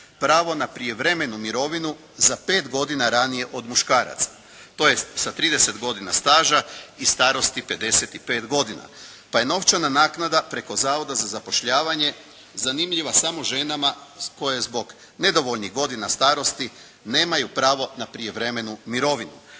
pravo na prijevremenu mirovinu za 5 godina ranije od muškaraca tj. sa 30 godina staža i starosti 55 godina pa je novčana naknada preko Zavoda za zapošljavanje zanimljiva samo ženama koje zbog nedovoljnih godina starosti nemaju pravo na prijevremenu mirovinu.